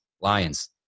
lions